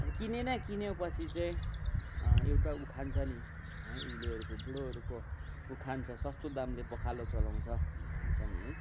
अब किनेन किन्यो पछि चाहिँ एउटा उखान छ नि है उइलेहरूको बुढोहरूको उखान छ सस्तो दामले पखालो चलाउँछ भन्छ नि है